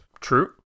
true